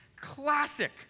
Classic